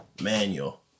Manual